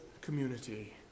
community